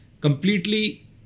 completely